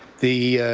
the